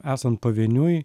esant pavieniui